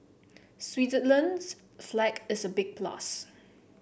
Switzerland's flag is a big plus